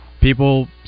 people